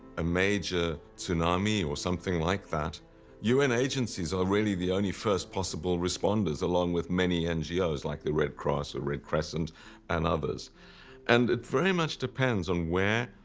a major tsunami or something like that un agencies are really the only first possible responders, along with many ngos like the red cross or red crescent and others and it very much depends on where,